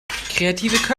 kreative